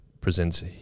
presents